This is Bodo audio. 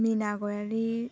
मिना गयारि